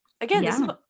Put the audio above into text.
Again